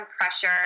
pressure